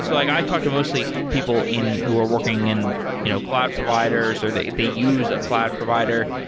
so like i talk to mostly people in who are working in you know cloud providers, or they they use a cloud provider.